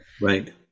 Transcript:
Right